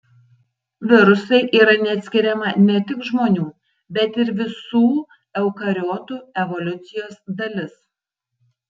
virusai yra neatskiriama ne tik žmonių bet ir visų eukariotų evoliucijos dalis